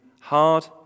hard